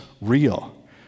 real